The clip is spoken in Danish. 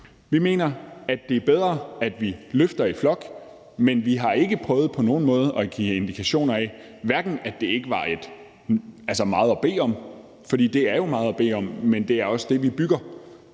Vi mener, at det er bedre, at vi løfter i flok, men vi har ikke på nogen måde prøvet på at give indikationer af, at det ikke var meget at bede om, for det er jo meget at bede om, men det er også det, vi bygger